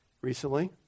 recently